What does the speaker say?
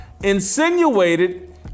insinuated